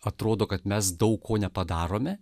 atrodo kad mes daug ko nepadarome